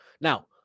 Now